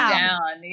down